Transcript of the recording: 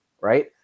right